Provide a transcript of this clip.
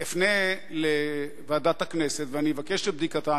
אני אפנה אל ועדת הכנסת ואבקש את בדיקתה.